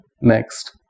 Next